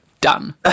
Done